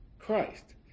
Christ